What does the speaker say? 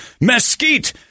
mesquite